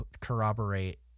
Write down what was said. corroborate